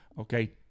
Okay